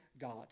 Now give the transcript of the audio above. God